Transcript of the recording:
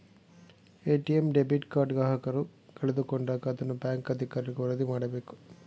ATM debit card ಗ್ರಾಹಕರು ಕಳೆದುಕೊಂಡಾಗ ಅದನ್ನ ಬ್ಯಾಂಕ್ ಅಧಿಕಾರಿಗೆ ವರದಿ ಮಾಡಬೇಕು